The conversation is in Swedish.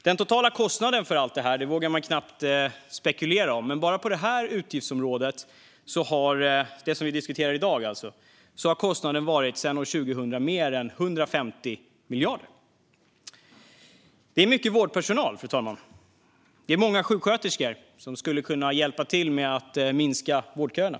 Den totala kostnaden för allt detta vågar man knappt spekulera om, men bara på det utgiftsområde som vi diskuterar i dag har kostnaden sedan år 2000 varit mer än 150 miljarder. Det motsvarar mycket vårdpersonal, fru talman. Det är många sjuksköterskor som skulle kunna hjälpa till att minska vårdköerna.